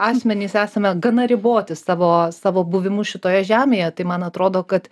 asmenys esame gana riboti savo savo buvimu šitoje žemėje tai man atrodo kad